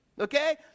Okay